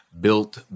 built